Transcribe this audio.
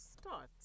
start